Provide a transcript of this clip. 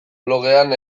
blogean